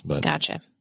Gotcha